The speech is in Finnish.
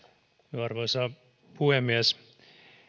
arvoisa puhemies